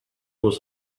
was